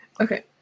Okay